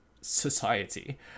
society